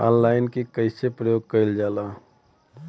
Online के कइसे प्रयोग कइल जाला?